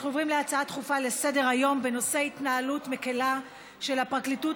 אנחנו עוברים להצעה דחופה לסדר-היום בנושא: התנהלות מקילה של הפרקליטות